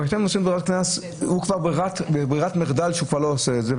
אבל בעבירות קנס ברירת המחדל היא שלא עושים את זה.